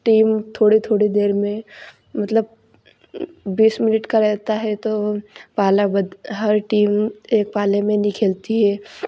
team थोड़े थोड़े देर में मतलब बीस मिनट का रहता है तो पहला बाद हर टीम एक पाले में नई खेलती है